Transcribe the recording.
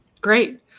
Great